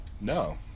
no